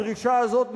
הדרישה הזאת נשמעת,